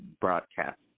broadcast